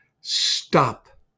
stop